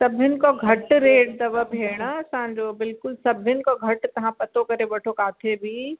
सभिनि खां घटि रेट अथव भेण असांजो बिल्कुलु सभिनि खां घटि तव्हां पतो करे वठो किथे बि